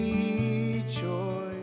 Rejoice